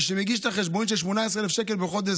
מי שמגיש את החשבונית של 18,000 שקל בחודש,